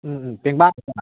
ꯎꯝ ꯎꯝ ꯄꯦꯡꯕꯥ ꯈꯛꯇꯔꯥ